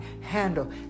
handle